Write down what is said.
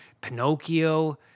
Pinocchio